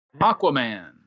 Aquaman